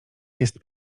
jest